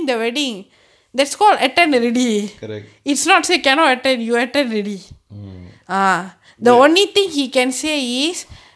correct mm there